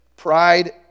pride